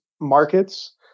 markets